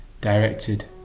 directed